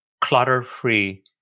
clutter-free